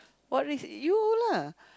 what risk you lah